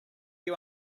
you